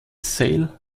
sail